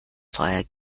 feuer